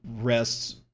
rests